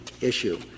issue